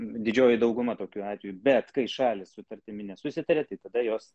didžioji dauguma tokių atvejų bet kai šalys sutartimi nesusitaria tai tada jos